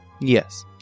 Yes